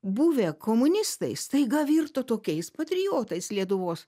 buvę komunistai staiga virto tokiais patriotais lietuvos